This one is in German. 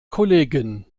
kollegen